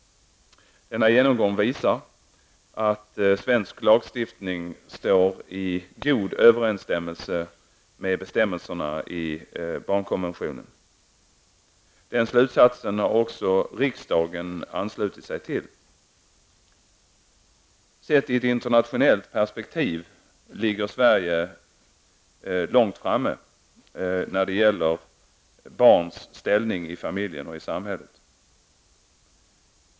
Denna genomgång visar att svensk lagstiftning står i god överensstämmelse med bestämmelserna i konventionen. Den slutsatsen har också riksdagen anslutit sig till. Sett i ett internationellt perspektiv ligger Sverige långt framme när det gäller barns ställning i familjen och i samhället.